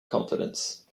confidence